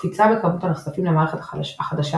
הקפיצה בכמות הנחשפים למערכת החדשה